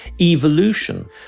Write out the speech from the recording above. evolution